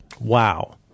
Wow